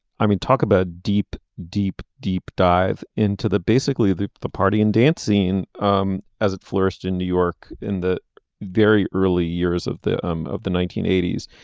i mean talk about deep deep deep dive into the basically the the party and dance scene um as it flourished in new york in the very early years of the um of the nineteen eighty s.